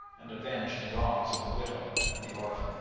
and avenged the wrongs of the widow and the orphan.